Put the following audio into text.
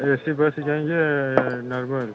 ए सी bus से जाएंगे या नॉर्मल